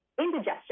indigestion